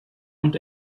und